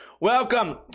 Welcome